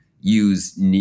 use